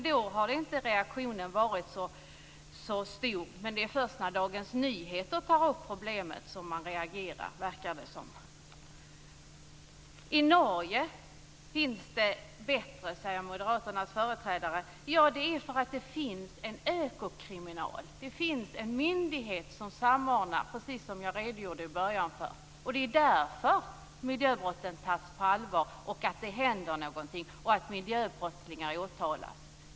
Då har dock inte reaktionen varit så stor. Det är först när Dagens Nyheter tar upp problemet som man reagerar, verkar det som. I Norge är det bättre, säger Moderaternas företrädare. Ja, det är för att Økokrim finns. Det finns en myndighet som samordnar, precis som jag redogjorde för i början. Det är därför miljöbrotten tas på allvar. Det är därför det händer någonting och miljöbrottslingar åtalas.